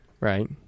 right